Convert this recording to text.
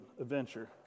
adventure